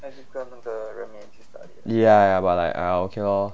ya ya but like I okay lor